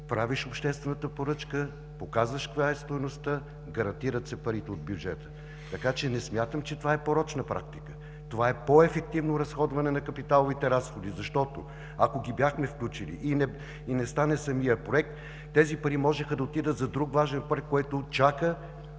правиш обществената поръчка, показваш каква е стойността, гарантират се парите от бюджета. Не смятам, че това е порочна практика. Това е по ефективно разходване на капиталовите разходи, защото, ако ги бяхме включили и не стане самият Проект, тези пари можеха да отидат за друг важен проект, който чака,